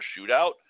shootout